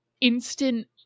Instant